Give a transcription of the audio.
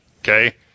Okay